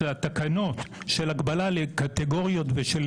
כמו התקנות של הגבלה לקטגוריות ושל